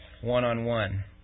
one-on-one